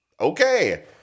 Okay